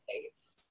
States